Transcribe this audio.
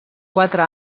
quatre